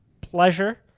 pleasure